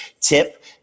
tip